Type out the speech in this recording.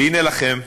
והנה לכם,